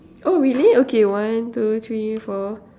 oh really okay one two three four